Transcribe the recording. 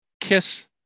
Kiss